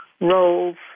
roles